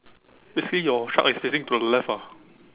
basically your shark is facing to the left ah